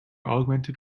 augmented